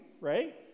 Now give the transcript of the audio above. right